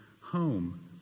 home